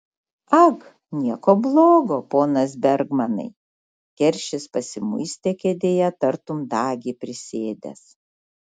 ag nieko blogo ponas bergmanai keršis pasimuistė kėdėje tartum dagį prisėdęs